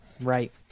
Right